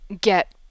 get